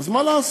אז מה לעשות,